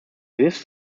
his